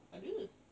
ada